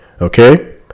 Okay